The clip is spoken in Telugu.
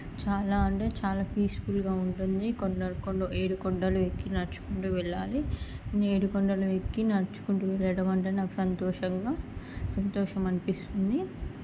చాలా అంటే చాలా పీస్ఫుల్గా ఉంటుంది కొండలు కొండలు ఏడుకొండలు ఎక్కి నడుచుకుంటూ వెళ్ళాలి ఏడుకొండలు ఎక్కి నడుచుకుంటూ వెళ్ళడం అంటే నాకు సంతోషంగా సంతోషం అనిపిస్తుంది